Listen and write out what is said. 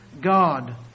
God